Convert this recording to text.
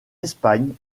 espagne